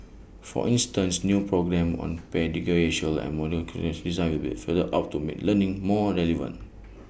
for instance new programmes on pedagogical and modular curriculum design will be for the out to make learning more relevant